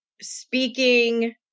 speaking